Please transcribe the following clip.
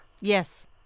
Yes